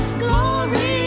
glory